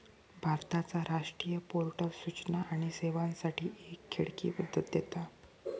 भारताचा राष्ट्रीय पोर्टल सूचना आणि सेवांसाठी एक खिडकी पद्धत देता